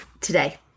today